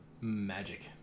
Magic